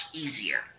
easier